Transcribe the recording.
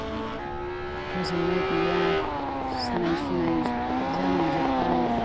गोजोननाय गैया सानाय सुनाय जालां जोबबाय